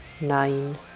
nine